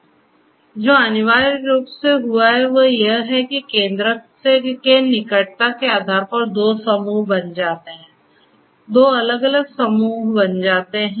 तो जो अनिवार्य रूप से हुआ है वह यह है कि केंद्रक के निकटता के आधार पर दो समूह बन जाते हैं तो दो अलग अलग समूहों बन जाते हैं